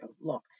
look